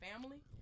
family